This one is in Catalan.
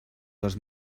dos